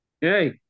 Hey